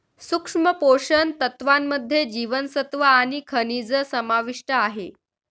सूक्ष्म पोषण तत्त्वांमध्ये जीवनसत्व आणि खनिजं समाविष्ट आहे